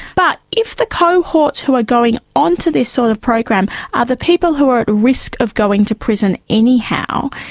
but if the cohorts who are going onto this sort of program are the people who are at risk of going to prison anyhow,